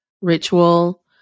ritual